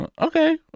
okay